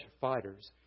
Fighters